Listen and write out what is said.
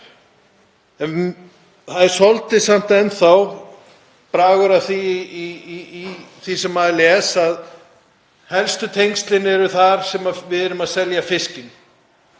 enn þá svolítið sá bragur á því sem maður les að helstu tengslin eru þar sem við erum að selja fiskinn.